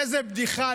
איזו בדיחה,